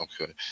okay